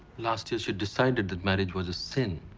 last year she decided that marriage was a sin.